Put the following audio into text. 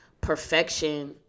perfection